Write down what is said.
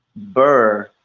burr,